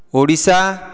Odisha